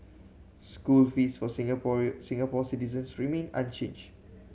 school fees for Singaporean Singapore citizens remain unchanged